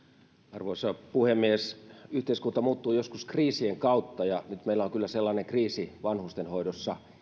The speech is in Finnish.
arvoisa puhemies yhteiskunta muuttuu joskus kriisien kautta ja nyt meillä on kyllä sellainen kriisi vanhustenhoidossa